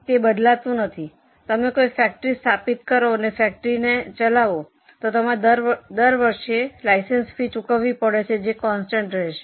તે બદલાતું નથી તમે કોઈ ફેક્ટરી સ્થાપિત કરો અને ફેક્ટરીને ચલાવો તમારે દર વર્ષે લાઇસેંસ ફી ચૂકવવી પડે છે જે કોન્સ્ટન્ટ રહેશે